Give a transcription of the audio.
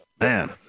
man